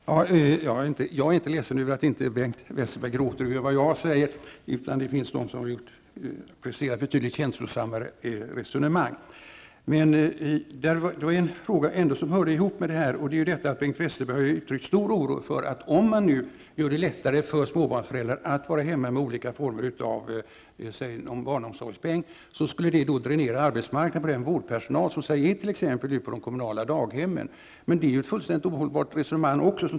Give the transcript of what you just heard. Fru talman! Jag är inte ledsen över att Bengt Westerberg inte gråter över vad jag säger. Det finns de som presterat ett betydligt känslosammare resonemang. Det finns en fråga som hör ihop med detta och som Bengt Westerberg har uttryckt stor oro för. Om man gör det lättare för småbarnsföräldrar att vara hemma med någon form av barnomsorgspeng, skulle detta dränera arbetsmarknaden på den vårdpersonal som arbetar på t.ex. de kommunala daghemmen. Detta är också ett fullständigt ohållbart resonemang.